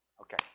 okay